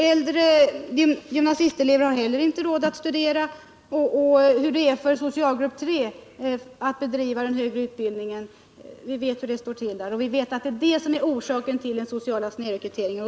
Äldre gymnasieelever har heller inte råd att studera, och hur det står till för socialgrupp 3 när det gäller att bedriva högre studier känner vi till. Vi vet också att det är orsaken till den sociala snedrekryteringen.